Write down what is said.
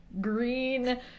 green